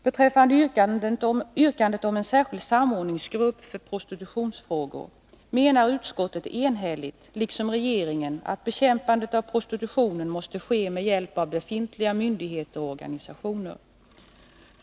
Beträffande yrkandet om en särskild samordningsgrupp för prostitutionsfrågor menar utskottet enhälligt liksom regeringen att bekämpandet av prostitutionen måste ske med hjälp av befintliga myndigheter och organisationer.